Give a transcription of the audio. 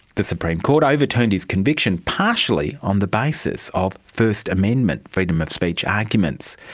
the supreme court overturned his conviction partially on the basis of first amendment freedom of speech arguments.